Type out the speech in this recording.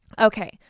Okay